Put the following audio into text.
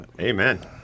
Amen